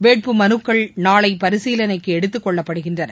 வேட்புமனுக்கள் நாளை பரிசீலனைக்கு எடுத்துக்கொள்ளப்படுகின்றன